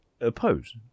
oppose